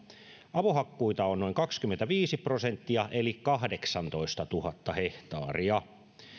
avohakkuita on noin kaksikymmentäviisi prosenttia eli kahdeksantoistatuhatta hehtaaria